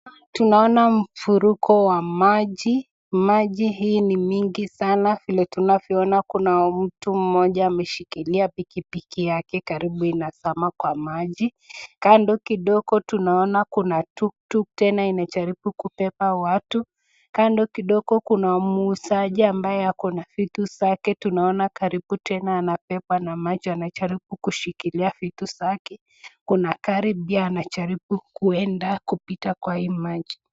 Tunaona mvurugo wa maji. Maji hii ni mingi sana. Vile tunavyoona kuna mtu mmoja ameshikilia pikipiki yake, karibu inazama kwa maji. Kando kidogo tunaona kuna tuk tuk tena inajaribu kubeba watu. Kando kidogo kuna muuzaji ambaye akona vitu zake, tunaona karibu tena anabebwa na maji anajaribu kushikilia vitu zake. Kuna gari pia anajaribu kuenda kupita kwa hii maji.